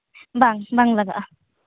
ᱵᱟᱝ ᱵᱟᱝ ᱞᱟᱜᱟᱜᱼᱟ